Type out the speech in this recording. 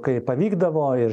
kai pavykdavo iš